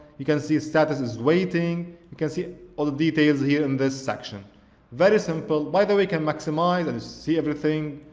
you can see status is waiting you can see all the details here in this section very simple by the way you can maximize and see everything